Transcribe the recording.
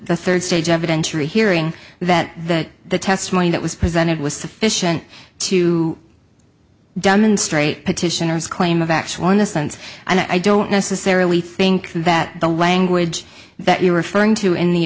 the third stage evidentiary hearing that that the testimony that was presented was sufficient to demonstrate petitioners claim of actual innocence and i don't necessarily think that the language that you're referring to in the